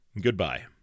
goodbye